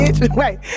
Wait